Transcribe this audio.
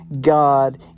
God